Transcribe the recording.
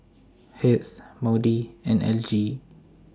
Heath Maude and Elgie